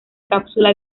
cápsula